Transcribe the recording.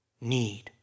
Need